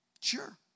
sure